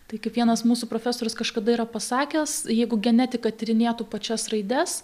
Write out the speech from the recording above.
tai kaip vienas mūsų profesorius kažkada yra pasakęs jeigu genetika tyrinėtų pačias raides